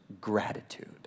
gratitude